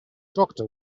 doctor